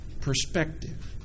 perspective